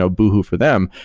so boohoo for them,